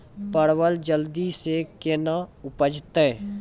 परवल जल्दी से के ना उपजाते?